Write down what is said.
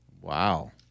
Wow